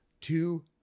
two